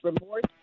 remorse